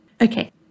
Okay